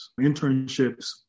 Internships